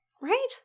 Right